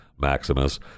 maximus